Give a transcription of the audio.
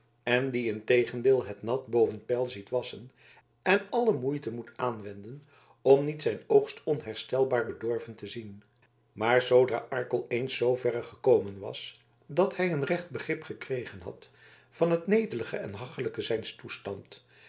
en die integendeel het nat boven peil ziet wassen en alle moeite moet aanwenden om niet zijn oogst onherstelbaar bedorven te zien maar zoodra arkel eens zooverre gekomen was dat hij een recht begrip gekregen had van het netelige en hachelijke zijns toestands